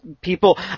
people